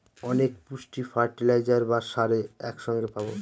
অনেক পুষ্টি ফার্টিলাইজার বা সারে এক সঙ্গে পাবো